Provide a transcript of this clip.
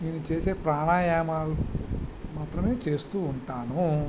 నేను చేసే ప్రాణాయామాలు మాత్రమే చేస్తూ ఉంటాను